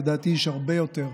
לדעתי יש הרבה יותר.